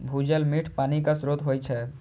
भूजल मीठ पानिक स्रोत होइ छै